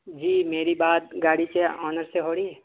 جی میری بات گاڑی کے آنر سے ہو رہی ہے